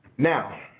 now,